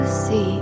see